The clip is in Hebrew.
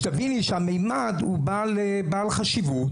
שתביני שהממד הוא בעל חשיבות,